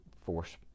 force